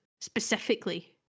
specifically